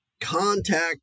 contact